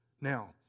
Now